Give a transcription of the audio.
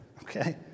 Okay